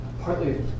partly